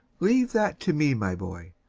leave that to me, my boy.